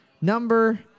Number